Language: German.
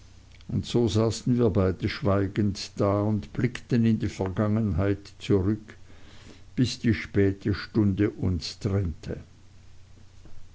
so saßen wir beide schweigend da und blickten in die vergangenheit zurück bis die späte stunde uns trennte